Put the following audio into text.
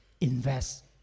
invest